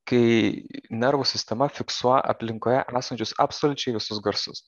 kai nervų sistema fiksuoja aplinkoje esančius absoliučiai visus garsus